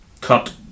cut